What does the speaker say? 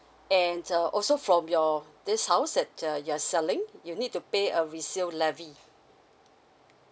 and uh also from your this house that uh you're selling you need to pay a resale levy